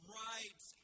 right